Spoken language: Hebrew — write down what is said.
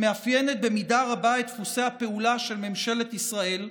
שמאפיינת במידה רבה את דפוסי הפעולה של ממשלת ישראל.